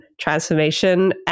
transformation